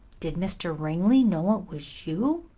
did mr. ringley know it was you?